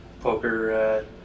poker